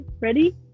ready